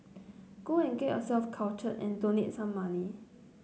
go and get yourself cultured and donate some money